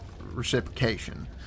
reciprocation